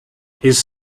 his